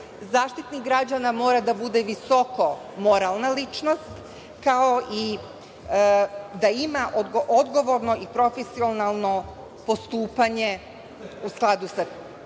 Zaštitnik građana mora da bude visoko moralna ličnost, kao i da ima odgovorno i profesionalno postupanje u skladu sa